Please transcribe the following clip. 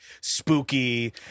spooky